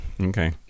Okay